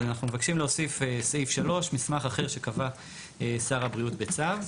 אז אנחנו מבקשים להוסיף סעיף 3 מסמך אחר שקבע שר הבריאות בצו.